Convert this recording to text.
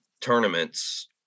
tournaments